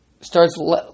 starts